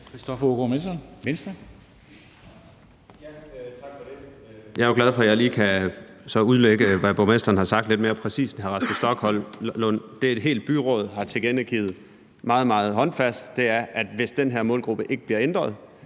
Jeg er glad for, at jeg så lige kan udlægge, hvad borgmesteren har sagt, lidt mere præcist end hr. Rasmus Stoklund. Det, et helt byråd har tilkendegivet meget, meget håndfast, er, at hvis den her målgruppe ikke bliver ændret,